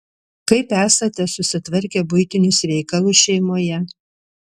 kaip esate susitvarkę buitinius reikalus šeimoje